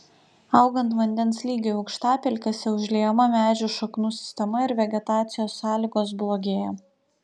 augant vandens lygiui aukštapelkėse užliejama medžių šaknų sistema ir vegetacijos sąlygos blogėja